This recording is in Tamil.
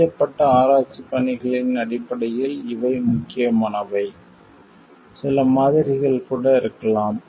செய்யப்பட்ட ஆராய்ச்சிப் பணிகளின் அடிப்படையில் இவை முக்கியமானவை சில மாதிரிகள் கூட இருக்கலாம்